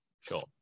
sure